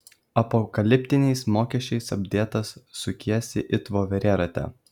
apokaliptiniais mokesčiais apdėtas sukiesi it voverė rate